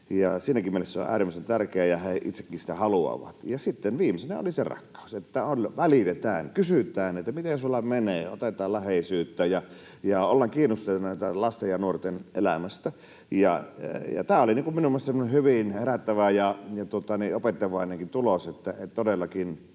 Siinäkin mielessä se on äärimmäisen tärkeää, ja he itsekin sitä haluavat. Sitten viimeisenä oli se rakkaus: Että välitetään, kysytään, miten sinulla menee, otetaan läheisyyttä ja ollaan kiinnostuneita lasten ja nuorten elämästä. Tämä oli mielestäni semmoinen hyvin herättävä ja opettavainenkin tulos, että todellakin